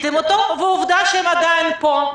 ועובדה שהם עדיין פה.